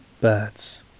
birds